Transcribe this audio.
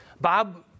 Bob